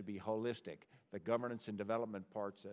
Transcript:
to be holistic that governance and development parts